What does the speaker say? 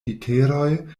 literoj